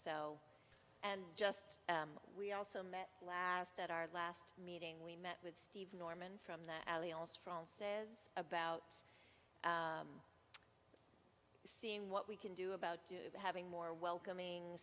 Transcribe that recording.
so and just we also met last at our last meeting we met with steve norman from the about seeing what we can do about having more welcoming